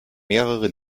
mehrere